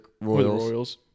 Royals